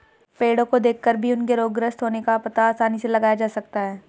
पेड़ो को देखकर भी उनके रोगग्रस्त होने का पता आसानी से लगाया जा सकता है